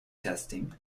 testing